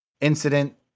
incident